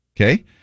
Okay